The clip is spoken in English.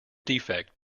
defect